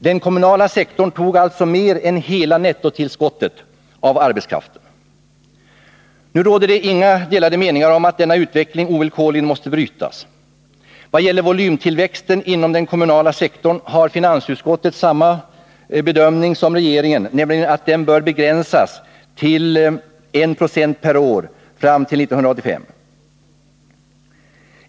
Den kommunala sektorn tog alltså mer än hela nettotillskottet av arbetskraft. Nu råder det inga delade meningar om att denna utveckling ovillkorligen måste brytas. Vad gäller volymtillväxten inom den kommunala sektorn så gör finansutskottet samma bedömning som regeringen, nämligen att den bör begränsas till 196 per år fram till 1985.